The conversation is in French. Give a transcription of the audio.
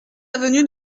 avenue